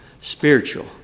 spiritual